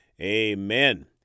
Amen